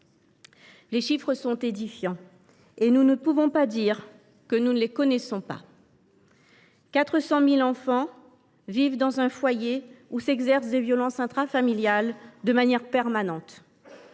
Les chiffres sont édifiants, et nous ne pouvons pas dire que nous ne les connaissons pas : 400 000 enfants vivent dans un foyer où s’exercent des violences intrafamiliales de manière permanente